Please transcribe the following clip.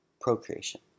procreation